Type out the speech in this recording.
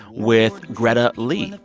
with greta lee,